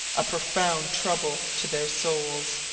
a profound trouble to their souls.